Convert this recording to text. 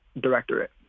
directorate